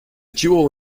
jewel